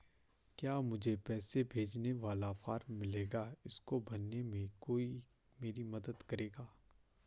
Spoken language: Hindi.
क्या मुझे पैसे भेजने वाला फॉर्म मिलेगा इसको भरने में कोई मेरी मदद करेगा?